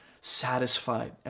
satisfied